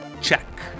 Check